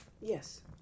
yes